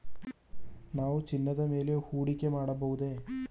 ನಾವು ಚಿನ್ನದ ಮೇಲೆ ಹೂಡಿಕೆ ಮಾಡಬಹುದೇ?